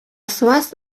zoaz